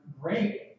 great